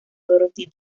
dorothy